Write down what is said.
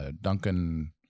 Duncan